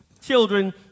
children